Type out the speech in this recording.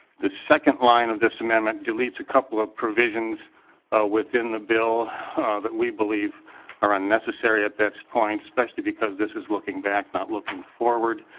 the second line of this amendment to delete a couple of provisions within the bill that we believe are unnecessary at this point especially because this is looking back not looking forward.